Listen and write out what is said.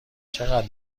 چقدر